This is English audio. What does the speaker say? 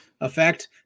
effect